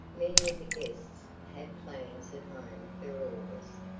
many of the guests had plans at home for august,